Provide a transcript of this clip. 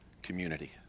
community